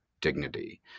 dignity